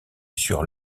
sur